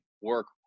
work